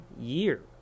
year